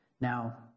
Now